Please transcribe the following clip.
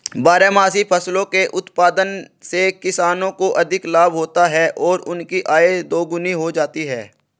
बारहमासी फसलों के उत्पादन से किसानों को अधिक लाभ होता है और उनकी आय दोगुनी हो जाती है